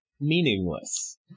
meaningless